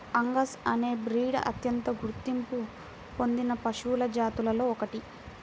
Angus అనే breed అత్యంత గుర్తింపు పొందిన పశువుల జాతులలో ఒకటి